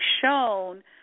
shown